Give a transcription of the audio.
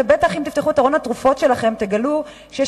בטח אם תפתחו את ארון התרופות שלכם תגלו שיש